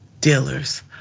dealers